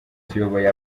tuyoboye